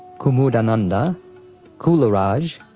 kumudananda kularaj,